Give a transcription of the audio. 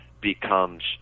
becomes